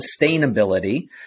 sustainability